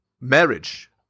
marriage